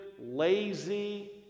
lazy